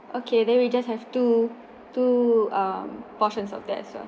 okay then we just have two two um portions of that as well